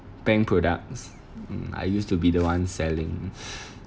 bank products mm I used to be the one selling